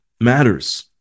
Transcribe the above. matters